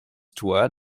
toit